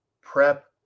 prep